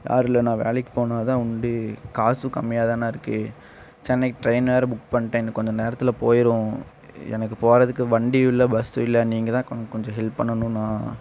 யாரும் இல்லைண்ணா வேலைக்குப் போனால்தான் உண்டு காசும் கம்மியாகதாண்ணா இருக்குது சென்னைக்கு ட்ரெயின் வேறே புக் பண்ணிட்டேன் இன்னும் கொஞ்சம் நேரத்தில் போயிடும் எனக்கு போகிறதுக்கு வண்டியும் இல்லை பஸ்ஸும் இல்லை நீங்கள்தான் கொ கொஞ்சம் ஹெல்ப் பண்ணணும்ணா